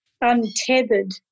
untethered